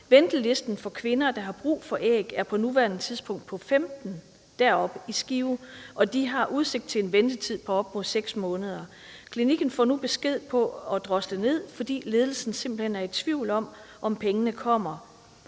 Ventelisten for kvinder, der har brug for et æg, er på nuværende tidspunkt på 15 deroppe i Skive, og de har udsigt til en ventetid på op mod 6 måneder. Klinikken får nu besked på at drosle ned, fordi ledelsen simpelt hen er i tvivl om, om pengene kommer.